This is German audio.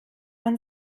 man